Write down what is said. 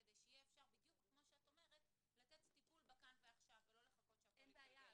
כדי שהם יוכלו לטפל בזה בכאן ועכשיו ולא לחכות שהכל --- אין בעיה,